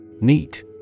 Neat